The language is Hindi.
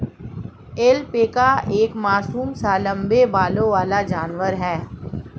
ऐल्पैका एक मासूम सा लम्बे बालों वाला जानवर है